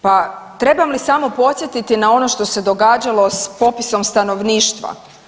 Pa trebam li samo podsjetiti na ono što se događalo s popisom stanovništva.